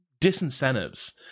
disincentives